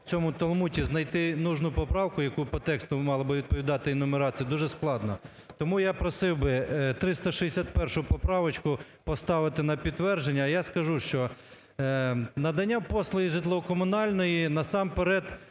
у цьому талмуді знайти нужну поправку, яка по тексту мала би відповідати, її нумерація, дуже складно. Тому я просив би 361 поправочку поставити на підтвердження. Я скажу, що надання послуги житлово-комунальної, насамперед,